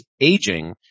aging